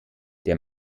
der